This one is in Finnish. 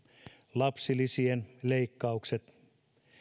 lapsilisien leikkaukset